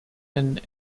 and